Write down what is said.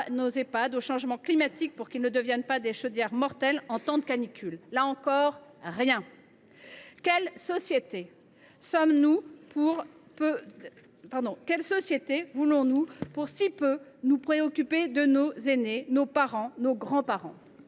nos Ehpad au changement climatique, pour qu’ils ne deviennent pas des chaudières mortelles en temps de canicule ? Là encore, rien. Quelle société voulons nous pour nous préoccuper si peu de nos aînés, grands parents,